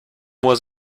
was